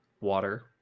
water